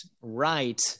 right